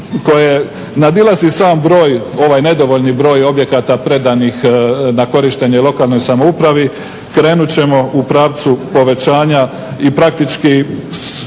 koje nadilazi sam broj, ovaj nedovoljni broj objekata predanih na korištenje lokalnoj samoupravi. Krenut ćemo u pravcu povećanja i praktički